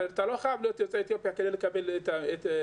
הרי אתה לא חייב להיות יוצא אתיופיה כדי לקבל את פר"ח.